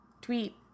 tweet